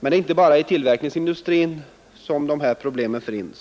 Men inte bara i tillverkningsindustrin finns de här problemen.